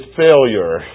failure